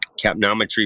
Capnometry